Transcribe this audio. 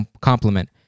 complement